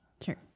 Sure